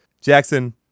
Jackson